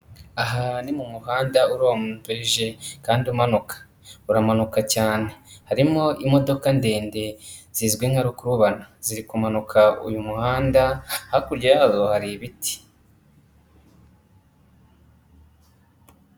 Aha ni mu muhanda urombeje kandi umanuka, uramanuka cyane harimo imodoka ndende zizwi nka rukubana ziri kumanuka uyu muhanda, hakurya yazo hari ibiti.